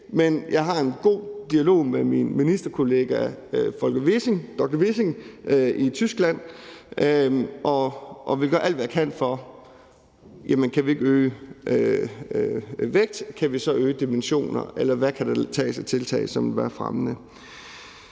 Men jeg har en god dialog med min ministerkollega dr. Volker Wissing i Tyskland og vil gøre alt, hvad jeg kan for at afsøge mulighederne. Kan vi ikke øge vægten, kan vi så øge dimensionerne, eller hvad kan der tages af tiltag, som vil være fremmende?